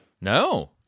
No